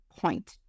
point